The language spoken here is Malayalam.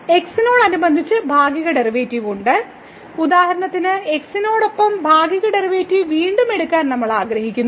x നോടനുബന്ധിച്ച് ഭാഗിക ഡെറിവേറ്റീവ് ഉണ്ട് ഉദാഹരണത്തിന് x നോടൊപ്പം ഭാഗിക ഡെറിവേറ്റീവ് വീണ്ടും എടുക്കാൻ നമ്മൾ ആഗ്രഹിക്കുന്നു